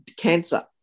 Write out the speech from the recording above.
cancer